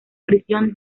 prisión